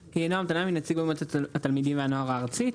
תנעמי, נציג מועצת התלמידים והנוער הארצית.